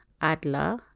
Adler